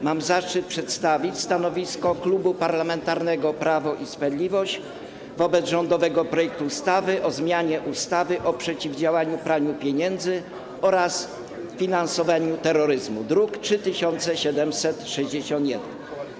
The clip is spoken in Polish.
Mam zaszczyt przedstawić stanowisko Klubu Parlamentarnego Prawo i Sprawiedliwość wobec rządowego projektu ustawy o zmianie ustawy o przeciwdziałaniu praniu pieniędzy oraz finansowaniu terroryzmu, druk nr 3761.